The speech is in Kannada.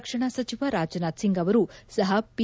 ರಕ್ಷಣಾ ಸಚಿವ ರಾಜನಾಥ್ಸಿಂಗ್ ಅವರೂ ಸಹ ಪಿ